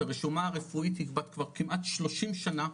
הרשומה הרפואית היא בת כבר כמעט 30 שנה,